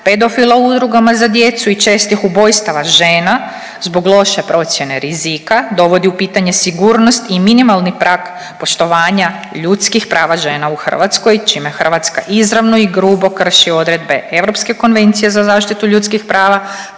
pedofila u udrugama za djecu i čestih ubojstava žena zbog loše procjene rizika dovodi u pitanje sigurnost i minimalni prag poštovanja ljudskih prava žena u Hrvatskoj čime Hrvatska izravno i grubo krši odredbe Europske konvencije za zaštitu ljudskih prava